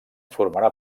formarà